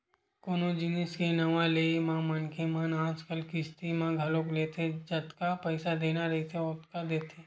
कोनो जिनिस के नवा ले म मनखे मन आजकल किस्ती म घलोक लेथे जतका पइसा देना रहिथे ओतका देथे